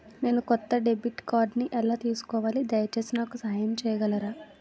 నేను కొత్త డెబిట్ కార్డ్ని ఎలా తీసుకోవాలి, దయచేసి నాకు సహాయం చేయగలరా?